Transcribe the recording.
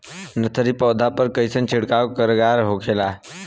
Nursery पौधा पर कइसन छिड़काव कारगर होखेला?